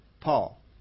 Paul